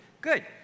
Good